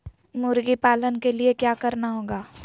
मुर्गी पालन के लिए क्या करना होगा?